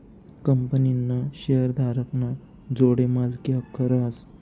कंपनीना शेअरधारक ना जोडे मालकी हक्क रहास